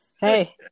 Hey